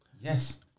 Yes